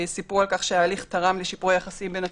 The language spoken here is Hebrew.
סיפרו על כך שההליך תרם לשיפור היחסים בין הצדדים,